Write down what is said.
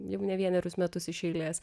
jau ne vienerius metus iš eilės